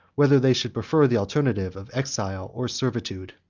whether they should prefer the alternative of exile or servitude.